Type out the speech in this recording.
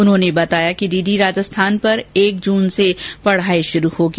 उन्होंने बताया कि डीडी राजस्थान पर एक जून से पढ़ाई शुरू होगी